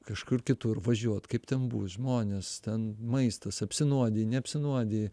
kažkur kitur važiuot kaip ten bus žmonės ten maistas apsinuodiji neapsinuodiji